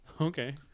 Okay